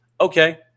okay